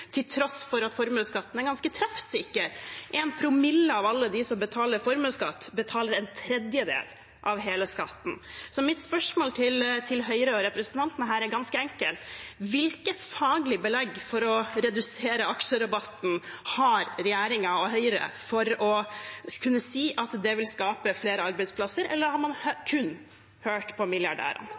til tross for at formuesskatten er ganske treffsikker. 1 promille av alle de som betaler formuesskatt, betaler en tredjedel av hele skatten. Så mitt spørsmål til Høyre og representanten her er ganske enkelt: Hvilke faglige belegg for å redusere aksjerabatten har regjeringen og Høyre for å kunne si at det vil skape flere arbeidsplasser? Eller har man kun hørt på milliardærene?